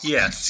Yes